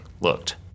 looked